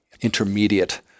intermediate